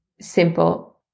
simple